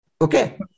Okay